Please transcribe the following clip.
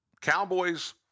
Cowboys